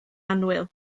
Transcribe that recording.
annwyl